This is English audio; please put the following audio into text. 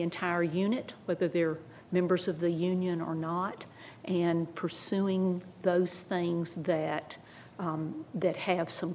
entire unit but that they are members of the union or not and pursuing those things that that have some